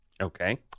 Okay